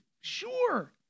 Sure